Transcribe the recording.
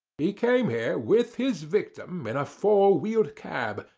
he came here with his victim in a four-wheeled cab,